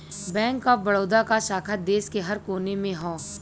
bank of Baroda क शाखा देश के हर कोने में हौ